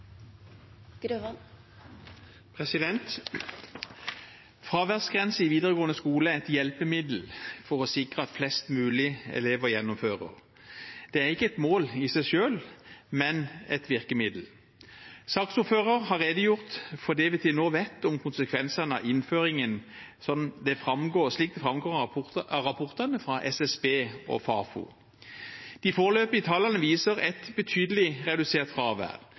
et hjelpemiddel for å sikre at flest mulig elever gjennomfører. Det er ikke et mål i seg selv, men et virkemiddel. Saksordfører har redegjort for det vi til nå vet om konsekvensene av innføringen, slik det framgår av rapporten fra SSB og Fafo. De foreløpige tallene viser et betydelig redusert fravær,